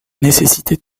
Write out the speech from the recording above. nécessitait